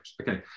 Okay